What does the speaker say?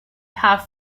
have